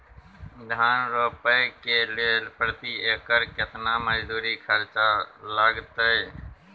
धान रोपय के लेल प्रति एकर केतना मजदूरी खर्चा लागतेय?